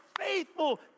faithful